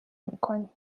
میکنیم